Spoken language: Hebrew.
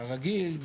הרגיל,